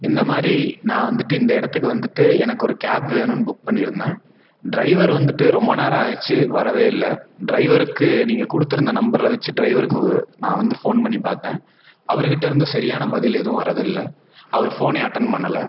இந்தமாதிரி நான் வந்துட்டு இந்த இடத்துக்கு வந்துட்டு எனக்கு ஒரு கேப் வேணும்னு புக் பண்ணியிருந்தேன் டிரைவர் வந்துட்டு ரொம்ப நேரம் ஆயிருச்சு வரவே இல்லை டிரைவருக்கு நீங்க கொடுத்துருந்த நம்பரை வச்சு டிரைவருக்கு நான் வந்து ஃபோன் பண்ணி பார்த்தேன் அவர்கிட்டேருந்து சரியான பதில் எதும் வர்றதில்லை அவர் ஃபோனே அட்டன் பண்ணலை